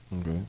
Okay